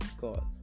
God